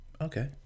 Okay